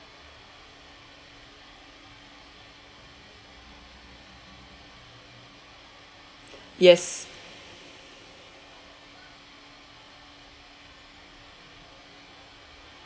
yes